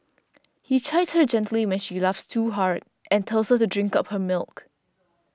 he chides her gently when she laughs too hard and tells her to drink up her milk